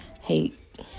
Hate